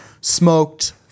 smoked